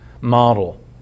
model